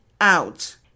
out